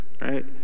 right